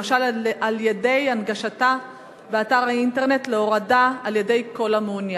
למשל בהנגשתה באתר אינטרנט להורדה על-ידי כל המעוניין.